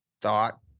thought